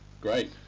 great